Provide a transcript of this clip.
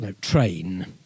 train